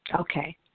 Okay